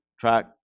track